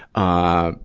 ah,